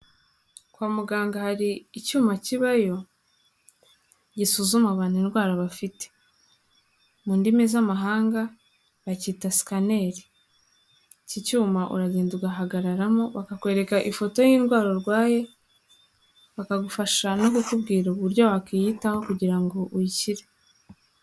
Kwa muganga hari icyuma kibayo, gisuzuma abantu indwara bafite, Mu ndimi z'amahanga bakiyita sikaneli [scannel]. Iki cyuma uragenda ugahagararamo bakakwereka ifoto y'indwara urwaye, bakagufasha no kukubwira uburyo wakwiyitaho kugira ngo uyikire.